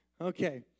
Okay